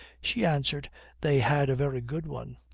she answered they had a very good one,